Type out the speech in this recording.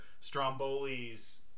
Stromboli's